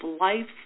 life